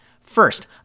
First